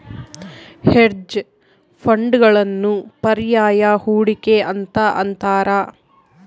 hedge ಫಂಡ್ಗಳನ್ನು ಪರ್ಯಾಯ ಹೂಡಿಕೆ ಅಂತ ಅಂತಾರ